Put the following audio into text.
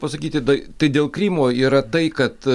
pasakyti dai tai dėl krymo yra tai kad